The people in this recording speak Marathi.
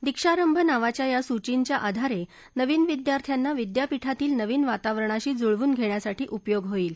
दिक्षारंभ नावाच्या या सूचींच्या आधारे नवीन विद्यार्थ्यांना विद्यापीठातील नवीन वातावरणाशी जुळवून घेण्यासाठी उपयोग होईल